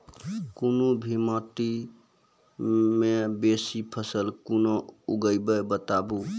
कूनू भी माटि मे बेसी फसल कूना उगैबै, बताबू?